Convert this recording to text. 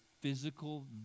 physical